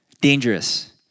Dangerous